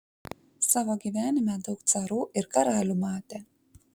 savo gyvenime daug carų ir karalių matė